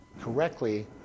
correctly